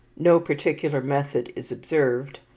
no particular method is observed,